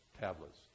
tablets